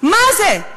מה זה?